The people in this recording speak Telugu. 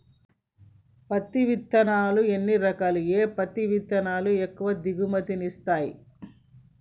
పత్తి విత్తనాలు ఎన్ని రకాలు, ఏ పత్తి విత్తనాలు ఎక్కువ దిగుమతి ని ఇస్తాయి?